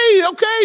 okay